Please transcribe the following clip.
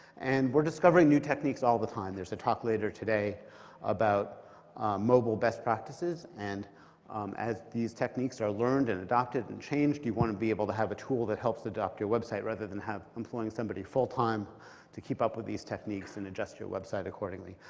and we're discovering new techniques all the time. there's a talk later today about mobile best practices. and as these techniques are learned and adopted adopted and changed, you want to be able to have a tool that helps adopt your website, rather than employing somebody full-time to keep up with these techniques and adjust your website accordingly.